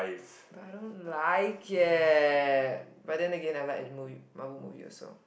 but I don't like it but then again I like any Marvel movie also